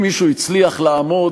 עוד מעט,